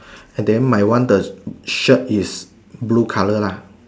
and then my one the shirt is blue colour lah